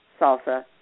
salsa